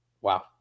wow